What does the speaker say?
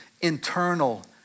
internal